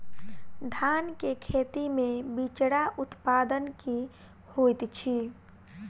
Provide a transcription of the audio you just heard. धान केँ खेती मे बिचरा उत्पादन की होइत छी?